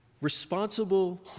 Responsible